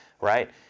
Right